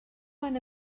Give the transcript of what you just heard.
van